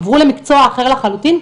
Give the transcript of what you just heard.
עברו למקצוע אחר לחלוטין,